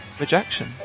rejection